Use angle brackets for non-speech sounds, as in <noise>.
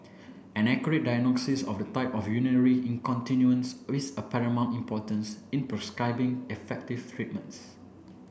an accurate diagnosis of the type of urinary <unintelligible> is a paramount importance in prescribing effective treatments